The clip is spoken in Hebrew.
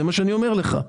זה מה שאני אומר לך.